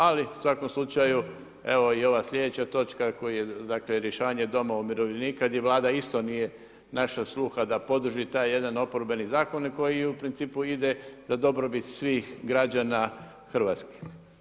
Ali, u svakom slučaju, evo i ova slijedeća točka koja je dakle, rješavanje doma umirovljenika gdje Vlada isto nije našla sluha da podrži taj jedan oporbeni zakon koji u principu ide za dobrobit svih građana RH.